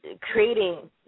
creating